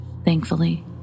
Thankfully